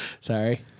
Sorry